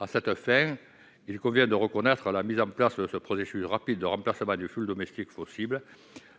À cette fin, il convient de reconnaître la mise en place de ce processus rapide de remplacement du fioul domestique fossile